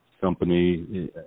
Company